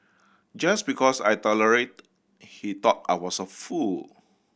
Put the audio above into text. just because I tolerated he thought I was a fool